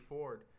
Ford